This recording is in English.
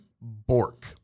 Bork